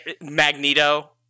Magneto